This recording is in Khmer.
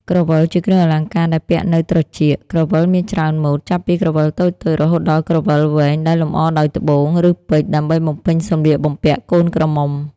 ក្រវិល ជាគ្រឿងអលង្ការដែលពាក់នៅត្រចៀក។ ក្រវិលមានច្រើនម៉ូត ចាប់ពីក្រវិលតូចៗ រហូតដល់ក្រវិលវែងដែលលម្អដោយត្បូង ឬពេជ្រ ដើម្បីបំពេញសម្លៀកបំពាក់កូនក្រមុំ។